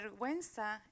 vergüenza